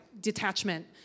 detachment